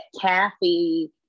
Kathy